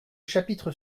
chapitre